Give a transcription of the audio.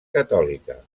catòlica